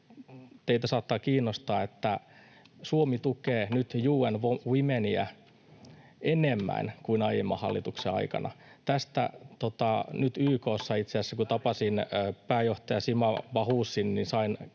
teitä saattaa kiinnostaa, että Suomi tukee nyt UN Womenia enemmän kuin aiemman hallituksen aikana. Itse asiassa nyt kun YK:ssa tapasin pääjohtaja Sima Bahousin, sain